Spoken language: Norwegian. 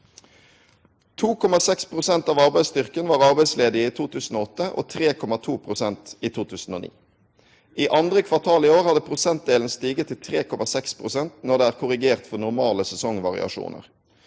2,6 pst. av arbeidsstyrken var arbeidsledige i 2008 og 3,2 pst. i 2009. I 2. kvartal i år hadde prosentdelen stige til 3,6 pst. når det er korrigert for normale sesongvariasjonar.